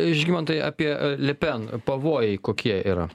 žygimantai apie le pen pavojai kokie yra